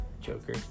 Joker